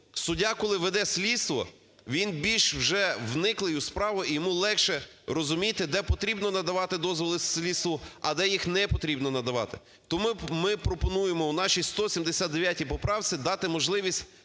Суддя, коли веде слідство, він більш вже вникли в справу і йому легше розуміти, де потрібно давати дозволи слідству, а де їх непотрібно надавати. Тому ми пропонуємо у нашій 179 поправці дати можливість